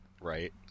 Right